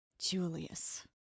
Julius